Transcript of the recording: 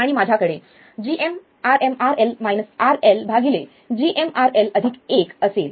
आणि माझ्याकडे gmRmRL RLgmRL1असेल